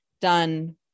done